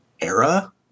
era